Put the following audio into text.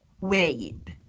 wait